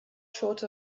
short